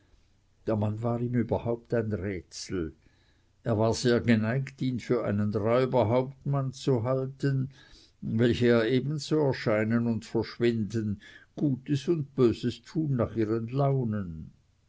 der mann war ihm überhaupt ein rätsel er war sehr geneigt ihn für einen räuberhauptmann zu halten welche ja ebenso erscheinen und verschwinden gutes und böses tun nach ihren launen